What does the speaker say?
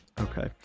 Okay